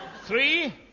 Three